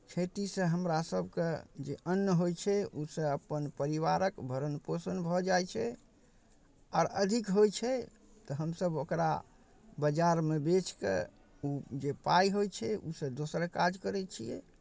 खेतीसँ हमरासभके जे अन्न होइ छै ओसँ अपन परिवारक भरण पोषण भऽ जाइ छै आर अधिक होइ छै तऽ हमसभ ओकरा बाजारमे बेचि कऽ ओ जे पाइ होइ छै ओहिसँ दोसर काज करै छियै